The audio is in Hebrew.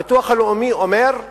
הביטוח הלאומי אומר: